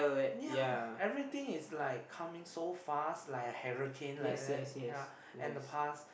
ya everything is like coming so fast like a hurricane like that ya and the past